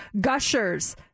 gushers